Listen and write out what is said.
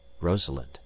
rosalind